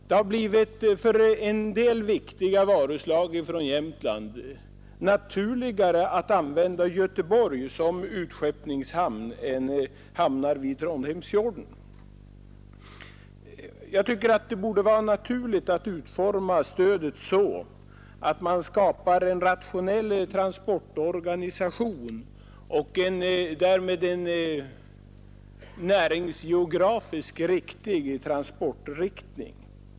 Det har för en del viktiga varuslag från Jämtland blivit naturligare att använda Göteborg som utskeppningshamn än hamnar vid Trondheimsfjorden. Det borde vara naturligt att utforma stödet så, att man skapar en rationell transportorganisation och därmed en näringsgeografiskt riktig transportriktning.